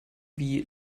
wie